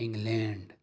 England